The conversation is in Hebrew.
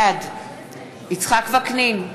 בעד יצחק וקנין,